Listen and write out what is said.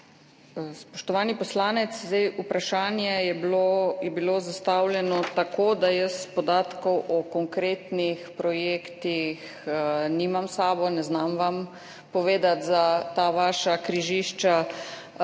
Spoštovani poslanec, vprašanje je bilo zastavljeno tako, da jaz podatkov o konkretnih projektih nimam s sabo, ne znam vam povedati za ta vaša križišča,